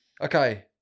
Okay